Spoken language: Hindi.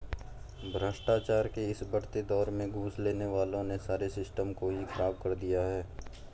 भ्रष्टाचार के इस बढ़ते दौर में घूस लेने वालों ने सारे सिस्टम को ही खराब कर दिया है